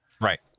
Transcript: right